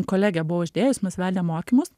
kolegė buvo uždėjusi mus vedė mokymus